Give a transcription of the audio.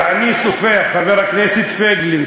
ואני סופר: חבר הכנסת פייגלין,